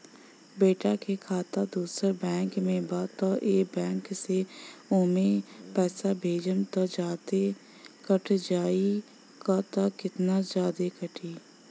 बेटा के खाता दोसर बैंक में बा त ए बैंक से ओमे पैसा भेजम त जादे कट जायी का त केतना जादे कटी?